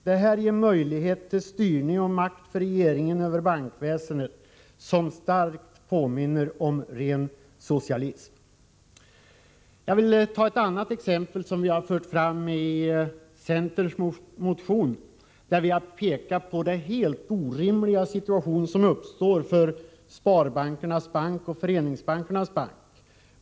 Det här ger regeringen möjlighet till styrning av och makt över bankväsendet som starkt påminner om socialism. I centerns motion har vi pekat på den helt orimliga situation som uppstår för Sparbankernas Bank och Föreningsbankernas Bank.